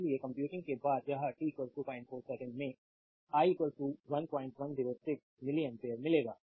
इसलिए कंप्यूटिंग के बाद यह t 04 सेकंड में i 1106 मिलि एम्पियर मिलेगा